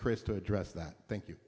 chris to address that thank you